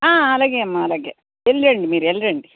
అలాగే అమ్మా అలాగే వెళ్ళి రండి మీరు వెళ్ళి రండి